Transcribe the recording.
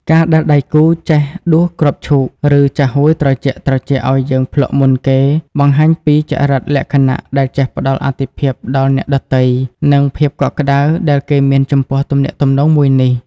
ការដែលដៃគូចេះដួសគ្រាប់ឈូក ឬចាហួយត្រជាក់ៗឱ្យយើងភ្លក់មុនគេ បង្ហាញពីចរិតលក្ខណៈដែលចេះផ្ដល់អាទិភាពដល់អ្នកដទៃ និងភាពកក់ក្ដៅដែលគេមានចំពោះទំនាក់ទំនងមួយនេះ។